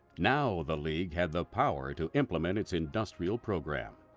now the league had the power to implement its industrial program.